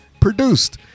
produced